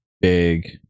big